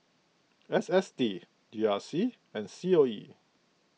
S S T G R C and C O E